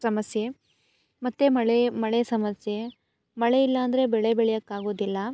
ಸಮಸ್ಯೆ ಮತ್ತು ಮಳೆ ಮಳೆ ಸಮಸ್ಯೆ ಮಳೆ ಇಲ್ಲ ಅಂದರೆ ಬೆಳೆ ಬೆಳ್ಯಕ್ಕೆ ಆಗೋದಿಲ್ಲ